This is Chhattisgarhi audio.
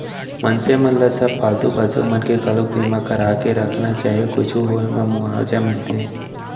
मनसे मन ल सब पालतू पसु मन के घलोक बीमा करा के रखना चाही कुछु होय ले मुवाजा मिलथे